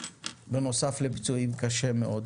בנוסף לפצועים קשה מאוד